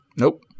Nope